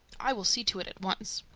i will see to it at once.